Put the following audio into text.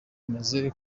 bimaze